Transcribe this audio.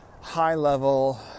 high-level